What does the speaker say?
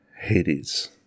Hades